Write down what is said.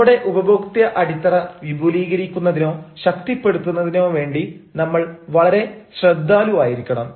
നമ്മുടെ ഉപഭോക്ത്യ അടിത്തറ വിപുലീകരിക്കുന്നതിനോ ശക്തിപ്പെടുത്തുന്നതിനോ വേണ്ടി നമ്മൾ വളരെ ശ്രദ്ധാലുവായിരിക്കണം